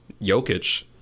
Jokic